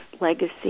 legacy